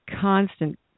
constant